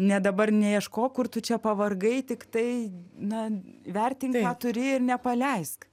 ne dabar neieškok kur tu čia pavargai tiktai na vertink ką turi ir nepaleisk